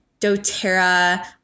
doTERRA